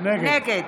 נגד